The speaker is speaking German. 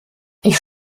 ich